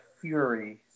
fury